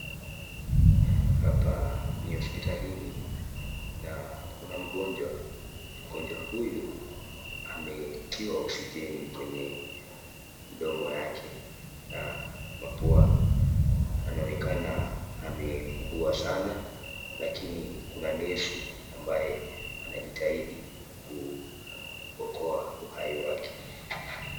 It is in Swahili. Hapa ni hospitalini na kuna mgonjwa. Mgonjwa huyu ametiwa oxygeni kwenye mdomo yake na mapua. Anaonekana ameugua sana lakini kuna nesi ambaye anajitahidi kuokoa uhai wake.